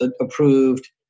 approved